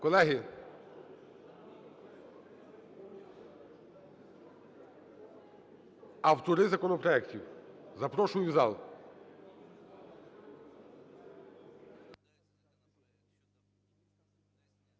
Колеги, автори законопроектів, запрошую в зал.